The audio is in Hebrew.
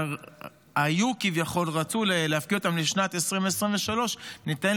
שהיו כביכול רצו להפקיד אותם בשנת 2023. ניתן